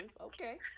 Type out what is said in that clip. Okay